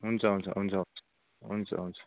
हुन्छ हुन्छ हुन्छ हुन्छ हुन्छ